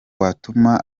watuma